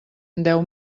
deu